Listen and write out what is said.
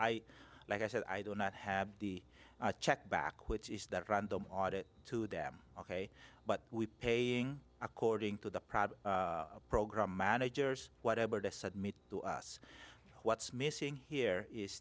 i like i said i don't not have the check back which is that random audit to them ok but we paying according to the product program managers whatever to submit to us what's missing here is